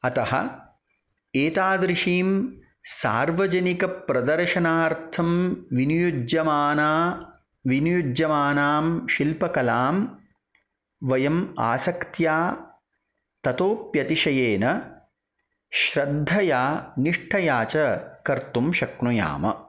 अतः एतादृशीं सार्वजनिकप्रदर्शनार्थं विनियुज्यमाना विनियुज्यमानां शिल्पकलां वयम् आसक्त्या ततोप्यतिशयेन श्रद्धया निष्ठया च कर्तुं शक्नुयाम